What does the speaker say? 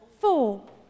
four